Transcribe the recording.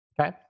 Okay